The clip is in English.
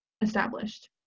established